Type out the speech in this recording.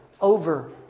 over